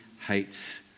hates